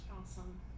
awesome